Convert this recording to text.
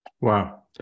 Wow